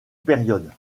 période